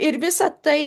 ir visa tai